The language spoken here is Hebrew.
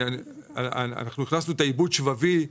הכנסנו את העיבוד השבבי.